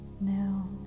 now